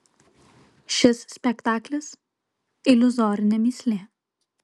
šis spektaklis iliuzorinė mįslė